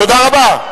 תודה רבה.